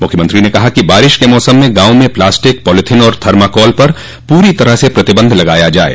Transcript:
मुख्यमंत्री ने कहा कि बारिश के मौसम में गांवों में प्लास्टिक पॉलिथिन और थर्मोकोल पर पूरी तरह से पतिबंध लगाया जाये